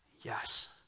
Yes